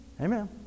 Amen